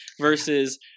Versus